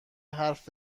حرف